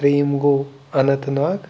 تریُم گوٚو اَننت ناگ